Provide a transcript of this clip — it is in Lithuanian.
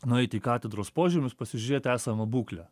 nueiti į katedros požemius pasižiūrėt esamą būklę